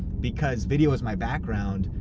because video was my background,